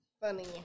Funny